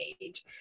age